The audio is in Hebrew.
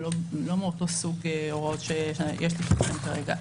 לא מאותו סוג הוראות שיש לפנינו כרגע.